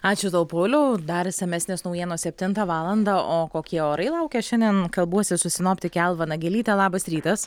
ačiū tau pauliau dar išsamesnės naujienos septintą valandą o kokie orai laukia šiandien kalbuosi su sinoptike alva nagelyte labas rytas